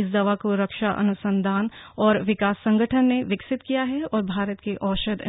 इस दवा को रक्षा अनुसंधान और विकास संगठन ने विकसित किया है और भारत के औषध